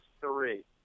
three